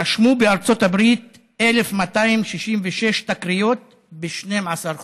רשמו בארצות הברית 1,266 תקריות ב־12 חודשים,